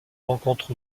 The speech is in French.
rencontre